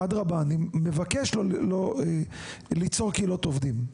אדרבא, אני מבקש לא ליצור קהילות עובדים.